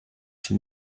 czy